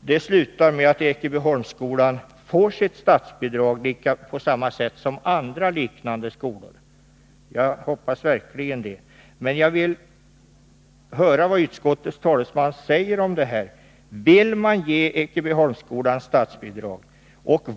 det slutar med att Ekebyholmsskolan får sitt statsbidrag på samma sätt som andra liknande skolor. Men jag vill höra vad utskottets talesman säger om detta. Vill man ge Ekebyholmsskolan statsbidrag?